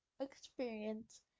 experience